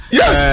yes